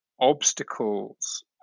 obstacles